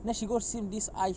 then she go see this ice